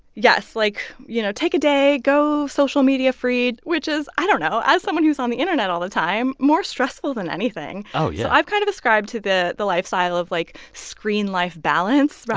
yes, like, you know, take a day. go social media-free, which is i don't know as someone who's on the internet all the time, more stressful than anything oh, yeah so i've kind of ascribed to the the lifestyle of, like, screen-life balance.